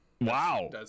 wow